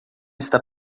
está